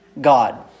God